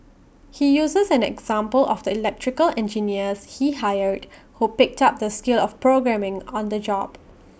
he uses an example of the electrical engineers he hired who picked up the skill of programming on the job